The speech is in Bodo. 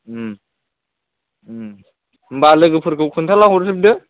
होनबा लोगोफोरखौ खोन्थाला हरजोबदो